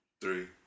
Three